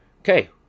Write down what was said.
okay